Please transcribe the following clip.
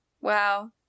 Wow